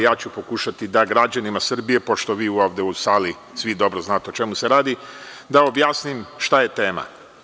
Ja ću pokušati da građanima Srbije, pošto vi ovde u sali svi dobro znate o čemu se radi, objasnim šta je tema.